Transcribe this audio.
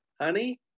honey